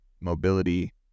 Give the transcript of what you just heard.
Mobility